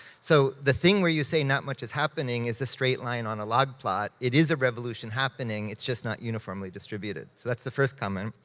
so the thing where you say not much is happening is a straight line on a log plot. it is a revolution happening, it's just not uniformly distributed. so that's the first comment.